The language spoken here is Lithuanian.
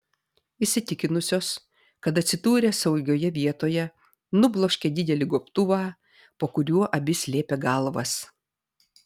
įsitikinusios kad atsidūrė saugioje vietoje nubloškė didelį gobtuvą po kuriuo abi slėpė galvas